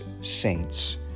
saints